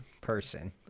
person